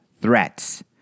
threats